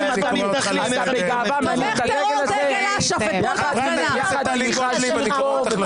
אתמול היית עם דגל אש"ף.